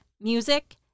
music